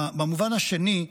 במובן השני,